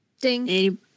ding